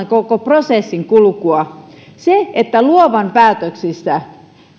koko prosessin kulkua luovan päätöksistä